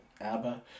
ABBA